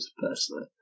personally